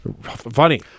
funny